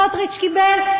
כמה סמוטריץ קיבל?